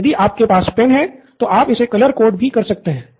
और यदि आपके पास पेन है तो आप इसे कलर कोड भी कर सकते हैं